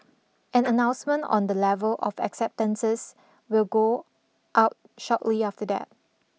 an announcement on the level of acceptances will go out shortly after that